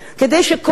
כדי שכל,